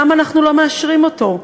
למה אנחנו לא מאשרים אותו?